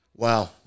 Wow